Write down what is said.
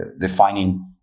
Defining